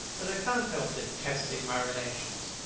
but i can't help detesting my relations.